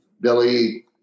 Billy